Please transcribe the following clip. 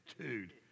Dude